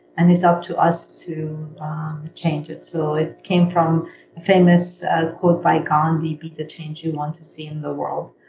and it's up to us to change it. so it came from a famous quote by gandhi, be the change you want to see in the world.